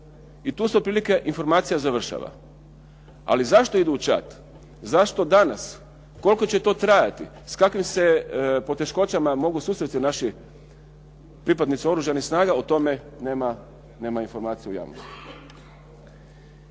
i tu se otprilike informacija završava. Ali zašto idu u Čad? Zašto danas? Koliko će to trajati? S kakvim se poteškoćama mogu susresti naši pripadnici Oružanih snaga? O tome nema informacija u javnosti.